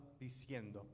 diciendo